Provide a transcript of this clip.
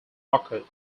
occurred